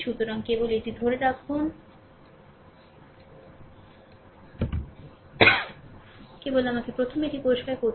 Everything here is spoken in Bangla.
সুতরাং কেবল এটি ধরে রাখুন কেবল আমাকে প্রথমে এটি পরিষ্কার করতে দিন আমাকে প্রথমে এটি পরিষ্কার করুন